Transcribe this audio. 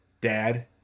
Dad